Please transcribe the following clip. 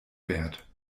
wert